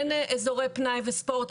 אין אזורי פנאי וספורט,